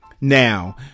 Now